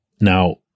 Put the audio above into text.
Now